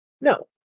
No